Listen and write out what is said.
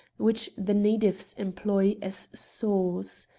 which the natives employ as saws.